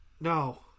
no